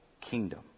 kingdom